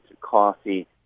coffee